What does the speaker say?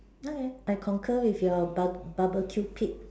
okay I concur with your bar~ barbecue pit